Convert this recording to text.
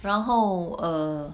然后 err 很便宜